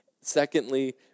secondly